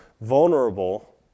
vulnerable